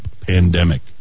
pandemic